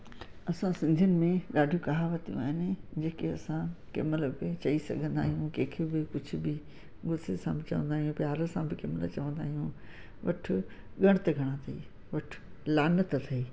असां सिंधियुनि में ॾाढियूं कहावतूं आहिनि जेके असां कंहिंमहिल बि चई सघंदा आहियूं कंहिंखे बि कुझु बि ग़ुसे सां बि चवंदा आहियूं प्यार सां बि कंहिंमहिल चवंदा आहियूं वठु ॻणु त घणा अथई वठु लानत अथई